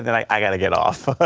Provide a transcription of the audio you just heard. then i've got to get off,